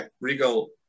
Regal